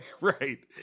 Right